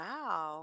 Wow